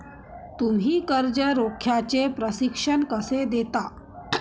तुम्ही कर्ज रोख्याचे प्रशिक्षण कसे देता?